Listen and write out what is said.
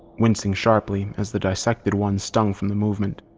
wincing sharply as the dissected ones stung from the movement.